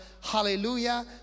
Hallelujah